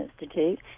Institute